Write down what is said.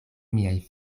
miaj